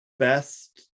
best